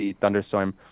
thunderstorm